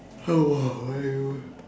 !aiyo!